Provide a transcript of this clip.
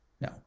No